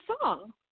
song